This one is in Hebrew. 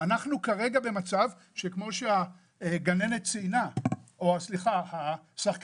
כרגע במצב שכמו שהשחקנית ציינה שיש